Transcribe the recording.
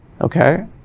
okay